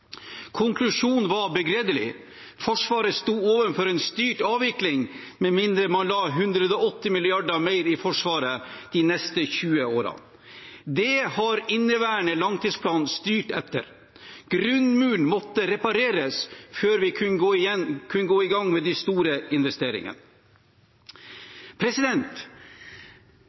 Konklusjonen var begredelig: Forsvaret sto overfor en styrt avvikling med mindre man la 180 mrd. kr mer i Forsvaret de neste 20 årene. Det har inneværende langtidsplan styrt etter. Grunnmuren måtte repareres før vi kunne gå i gang med de store investeringene.